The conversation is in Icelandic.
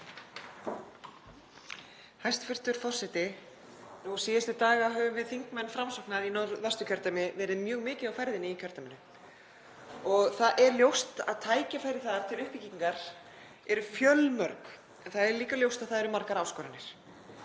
Hæstv. forseti. Nú síðustu daga höfum við þingmenn Framsóknar í Norðvesturkjördæmi verið mjög mikið á ferðinni í kjördæminu og það er ljóst að tækifæri þar til uppbyggingar eru fjölmörg. En það er líka ljóst að það eru margar áskoranir.